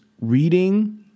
reading